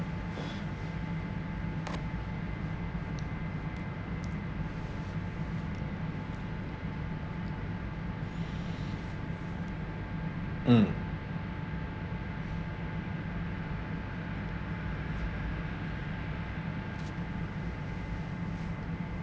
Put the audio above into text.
mm